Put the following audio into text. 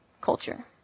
culture